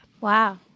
Wow